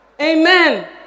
Amen